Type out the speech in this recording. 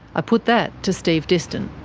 i put that to steve diston.